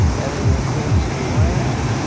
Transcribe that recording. and it includes iran,